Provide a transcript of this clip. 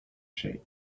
shape